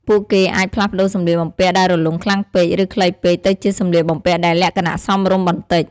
ពួកគេអាចផ្លាស់ប្តូរសម្លៀកបំពាក់ដែលរលុងខ្លាំងពេក ឬខ្លីពេកទៅជាសម្លៀកបំពាក់ដែលលក្ខណៈសមរម្យបន្តិច។